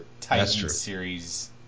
Titan-series